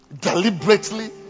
Deliberately